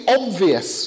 obvious